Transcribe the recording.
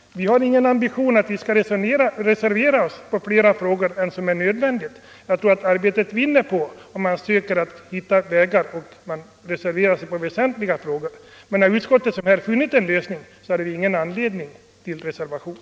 Vi har ingen ambition att reservera oss på flera punkter än som är nödvändigt. Arbetet vinner på att man söker finna lösningar och reserverar sig endast i väsentliga frågor. När utskottet liksom i dessa fall har funnit en lösning, finns inget motiv för en reservation.